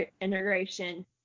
integration